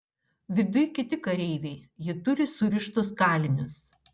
viduj kiti kareiviai jie turi surištus kalinius